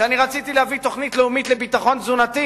כשאני רציתי להביא תוכנית לאומית לביטחון תזונתי,